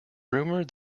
rumored